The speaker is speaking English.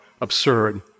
absurd